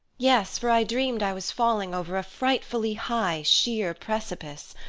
yes, for i dreamed i was falling over a frightfully high, sheer precipice.